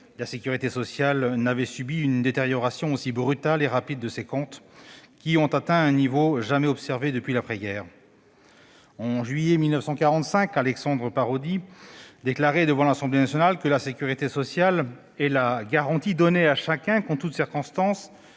la sécurité sociale n'avait subi une détérioration aussi brutale et rapide de ses comptes, qui ont atteint un niveau jamais observé depuis l'après-guerre. En juillet 1945, Alexandre Parodi déclarait devant l'Assemblée nationale :« La sécurité sociale est la garantie donnée à chacun qu'en toutes circonstances